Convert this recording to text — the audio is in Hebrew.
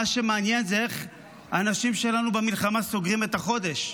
מה שמעניין הוא איך האנשים שלנו במלחמה סוגרים את החודש,